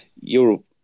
Europe